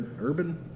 Urban